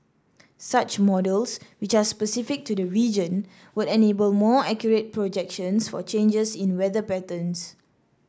such models which are specific to the region would enable more accurate projections for changes in weather patterns